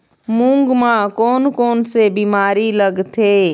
मूंग म कोन कोन से बीमारी लगथे?